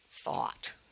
thought